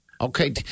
Okay